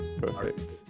perfect